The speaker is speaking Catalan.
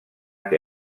que